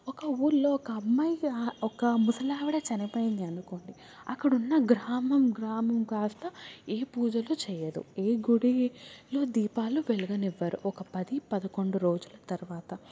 ఒక ఊరిలో ఒక అమ్మాయికి ఒక ముసలి ఆవిడ చనిపోయింది అనుకోండి అక్కడున్న గ్రామం గ్రామంకాస్త ఏ పూజలు చెయ్యరు ఏ గుడిలో దీపాలు వెలగనివ్వరు ఒక పది పదకుండు రోజులు తర్వాత